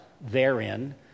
therein